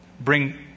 bring